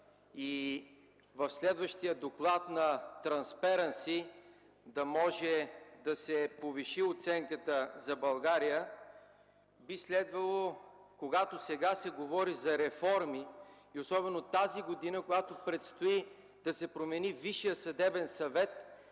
и в следващия доклад на „Трансперънси” да може да се повиши оценката за България, би следвало, когато сега се говори за реформи и особено тази година, когато предстои да се промени Висшият съдебен съвет,